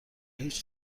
هیچ